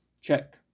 Check